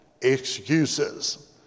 Excuses